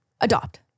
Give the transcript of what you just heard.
Adopt